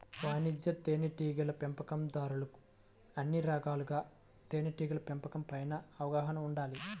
వాణిజ్య తేనెటీగల పెంపకందారులకు అన్ని రకాలుగా తేనెటీగల పెంపకం పైన అవగాహన ఉండాలి